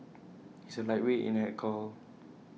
he is A lightweight in alcohol